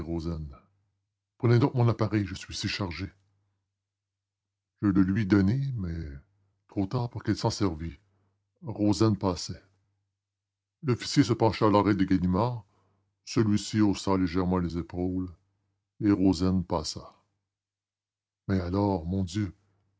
prenez donc mon appareil je suis si chargé je le lui donnai mais trop tard pour qu'elle s'en servît rozaine passait l'officier se pencha à l'oreille de ganimard celui-ci haussa légèrement les épaules et rozaine passa mais alors mon dieu